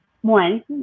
One